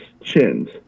chins